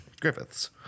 Griffiths